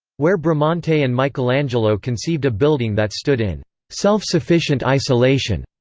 where bramante and michelangelo conceived a building that stood in self-sufficient isolation,